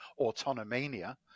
autonomania